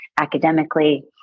academically